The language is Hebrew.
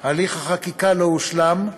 הליך החקיקה לא הושלם,